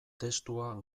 testua